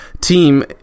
team